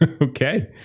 Okay